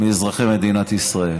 מאזרחי מדינת ישראל.